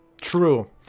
True